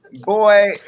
Boy